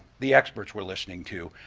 the experts were listening, to.